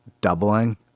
doubling